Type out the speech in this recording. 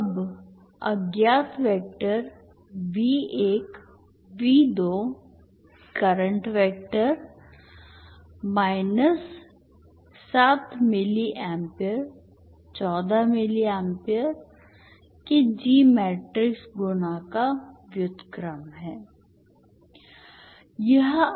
अब अज्ञात vector V1 V2 current vector minus 7 milli amp 14 milli amp के G matrix गुणा का व्युत्क्रम है